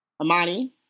Amani